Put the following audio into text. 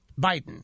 Biden—